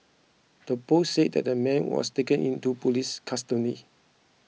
the post said that the man was taken into police custody